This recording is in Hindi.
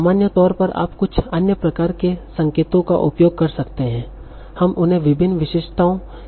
सामान्य तौर पर आप कुछ अन्य प्रकार के संकेतों का उपयोग कर सकते हैं हम उन्हें विभिन्न विशेषताओं के रूप में कहते हैं